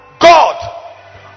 God